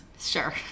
Sure